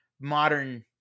modern